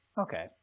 Okay